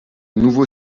nouveau